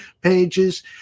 pages